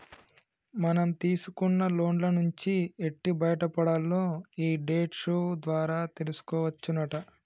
మనం తీసుకున్న లోన్ల నుంచి ఎట్టి బయటపడాల్నో ఈ డెట్ షో ద్వారా తెలుసుకోవచ్చునట